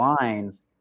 lines